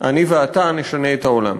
אני ואתה נשנה את העולם".